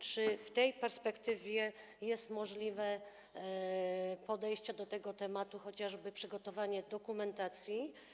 Czy w tej perspektywie jest możliwe podejście do tego tematu, chociażby przygotowanie dokumentacji?